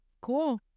cool